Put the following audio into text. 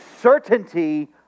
certainty